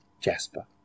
Jasper